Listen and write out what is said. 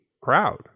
crowd